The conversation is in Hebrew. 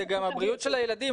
זה גם הבריאות של הילדים.